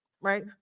Right